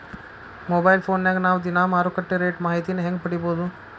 Mobile ಫೋನ್ಯಾಗ ನಾವ್ ದಿನಾ ಮಾರುಕಟ್ಟೆ ರೇಟ್ ಮಾಹಿತಿನ ಹೆಂಗ್ ಪಡಿಬೋದು?